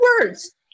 words